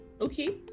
okay